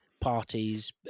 parties